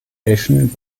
eschen